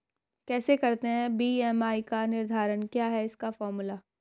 कैसे करते हैं बी.एम.आई का निर्धारण क्या है इसका फॉर्मूला?